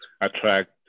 attract